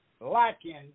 lacking